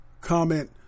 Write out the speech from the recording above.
comment